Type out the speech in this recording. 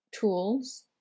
tools